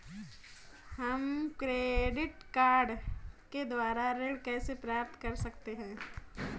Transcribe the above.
हम credit card के द्वारा ऋण कैसे प्राप्त कर सकते हैं?